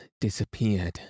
disappeared